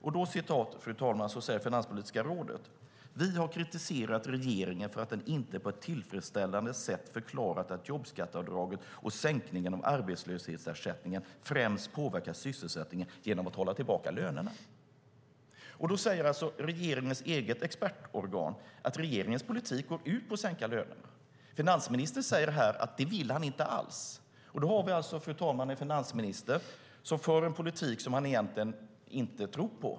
Finanspolitiska rådet skriver i sin rapport 2011: "Vi har kritiserat regeringen för att den inte på ett tillfredsställande sätt förklarat att jobbskatteavdraget och sänkningen av arbetslöshetsersättningen främst påverkar sysselsättningen genom att hålla tillbaka lönerna." Regeringens eget expertorgan skriver att regeringens politik går ut på att sänka lönerna. Finansministern säger han att han inte alls vill det. Då har vi, fru talman, en finansminister som för en politik som han egentligen inte tror på.